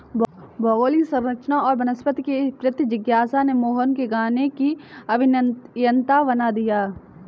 भौगोलिक संरचना और वनस्पति के प्रति जिज्ञासा ने मोहन को गाने की अभियंता बना दिया